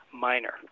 minor